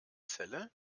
celle